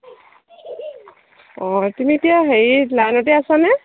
অ তুমি এতিয়া হেৰি লাইনতে আছানে